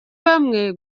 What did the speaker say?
bamwe